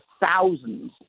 thousands –